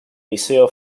liceo